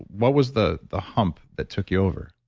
what was the the hump that took you over?